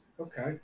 Okay